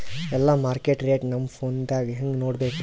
ಎಲ್ಲಾ market rate ನಮ್ ಫೋನದಾಗ ಹೆಂಗ ನೋಡಕೋಬೇಕ್ರಿ?